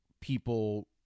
people